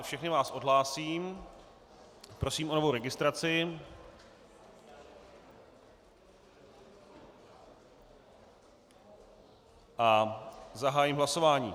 Všechny vás odhlásím, prosím o novou registraci a zahájím hlasování.